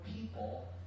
people